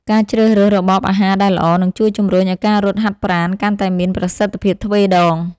ការជ្រើសរើសរបបអាហារដែលល្អ នឹងជួយជម្រុញឱ្យការរត់ហាត់ប្រាណកាន់តែមានប្រសិទ្ធភាពទ្វេដង។